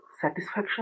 satisfaction